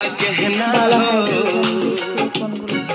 ভালো হাইব্রিড ধান বীজ কোনগুলি?